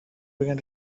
began